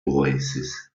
oasis